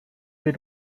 they